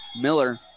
Miller